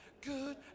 good